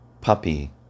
puppy